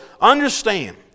understand